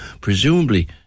presumably